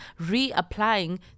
reapplying